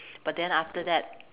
but then after that